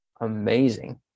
amazing